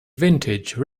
vintage